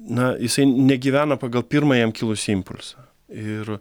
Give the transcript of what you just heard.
na jisai negyvena pagal pirmą jam kilusį impulsą ir